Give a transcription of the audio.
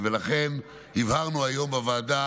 ולכן הבהרנו היום בוועדה,